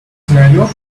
scenario